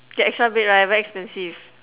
get extra bed right very expensive